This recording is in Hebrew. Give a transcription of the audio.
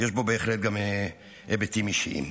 יש בו בהחלט גם היבטים אישיים.